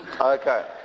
Okay